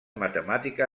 matemàtica